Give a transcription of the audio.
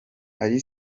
ally